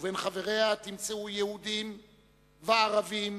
ובין חבריה תמצאו יהודים וערבים,